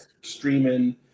streaming